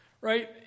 Right